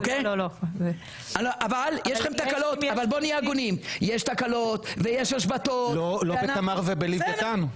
אבל בואו נהיה הגונים: יש תקלות ויש השבתות --- לא בתמר ובלווייתן.